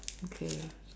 okay